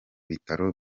bitaro